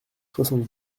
soixante